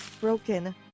broken